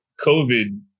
COVID